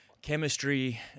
Chemistry